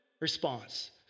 Response